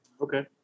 Okay